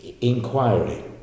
Inquiry